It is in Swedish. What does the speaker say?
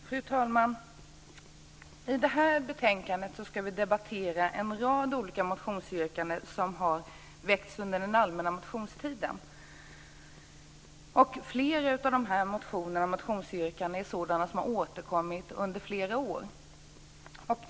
Fru talman! I samband med det här betänkandet ska vi debattera en rad olika yrkanden i motioner som har väckts under den allmänna motionstiden. Flera av motionerna och motionsyrkandena har återkommit i flera år.